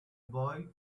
boy